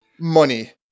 money